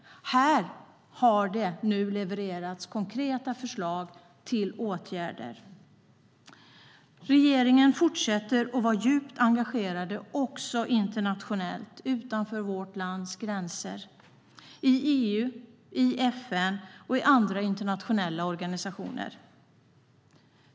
Här har det nu levererats konkreta förslag till åtgärder. Regeringen fortsätter att vara djupt engagerad också internationellt, utanför vårt lands gränser - i EU, i FN och i andra internationella organisationer.